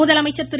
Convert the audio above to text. முதலமைச்சர் திரு